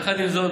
יחד עם זאת,